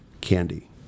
Candy